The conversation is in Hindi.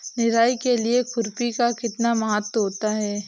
निराई के लिए खुरपी का कितना महत्व होता है?